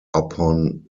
upon